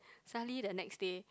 suddenly the next day